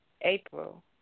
April